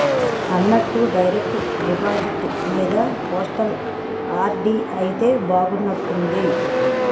అన్నట్టు direct deposit మీద postal RD అయితే బాగున్నట్టుంది